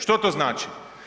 Što to znači?